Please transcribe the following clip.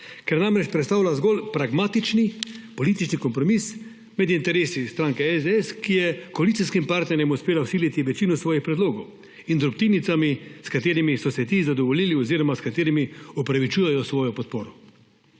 Ker namreč predstavlja zgolj pragmatični politični kompromis med interesi stranke SDS, ki je koalicijskim partnerjev uspela vsiliti večino svojih predlogov, in drobtinicami, s katerimi so se ti zadovoljili oziroma s katerimi opravičujejo svojo podporo.